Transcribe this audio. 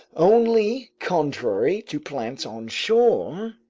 only, contrary to plants on shore,